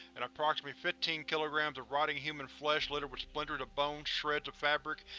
and approximately fifteen kilograms of rotting human flesh littered with splinters of bone, shreds of fabric,